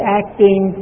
acting